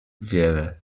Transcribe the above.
wiele